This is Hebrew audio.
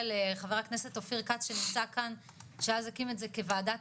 חבר הכנסת אופיר כץ שנמצא כאן אז הקים את זה כוועדת